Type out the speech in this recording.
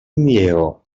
lleó